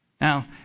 Now